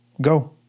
go